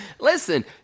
listen